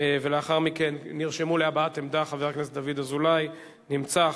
ולאחר מכן נרשמו להבעת עמדה חבר הכנסת דוד אזולאי נמצא,